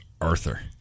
Arthur